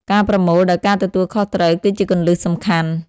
ការប្រមូលដោយការទទួលខុសត្រូវគឺជាគន្លឹះសំខាន់។